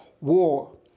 war